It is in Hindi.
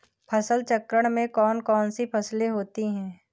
फसल चक्रण में कौन कौन सी फसलें होती हैं?